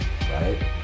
right